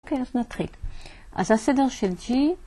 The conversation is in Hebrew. אוקיי, אז נתחיל. אז הסדר של G...